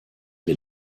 wir